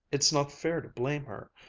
it's not fair to blame her.